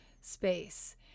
space